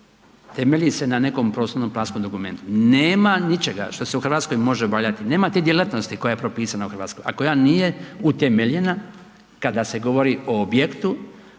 temelji se na nekom prostorno-planskom dokumentu. Nema ničega što se u Hrvatskoj može obavljati, nema te djelatnosti koja je propisana u Hrvatskoj a koja nije utemeljena kada se govori o objektu